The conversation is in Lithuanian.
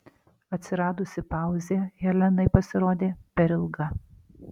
atsiradusi pauzė helenai pasirodė per ilga